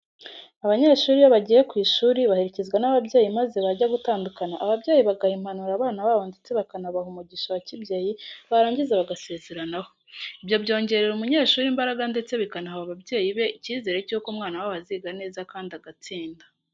Abanyeshuri iyo bagiye ku ishuri baherekezwa n'ababyeyi maze bajya gutandukana ababyeyi bagaha impanuro abana babo ndetse bakanabaha n'umugisha wa kibyeyi barangiza bagasezeranaho. Ibyo byongerera umunyeshuri imbaraga ndetse bikanaha ababyeyi be icyizere cy'uko umwana wabo aziga neza kandi agatsinda.